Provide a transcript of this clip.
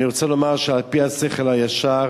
אני רוצה לומר שעל-פי השכל הישר